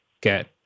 get